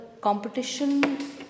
competition